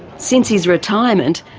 since his retirement,